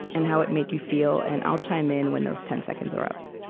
and how it made you feel. and i'll chime in when those ten seconds are up